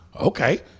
okay